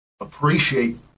appreciate